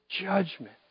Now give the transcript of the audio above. judgment